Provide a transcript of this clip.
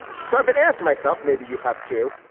so been asked to myself. maybe you have to.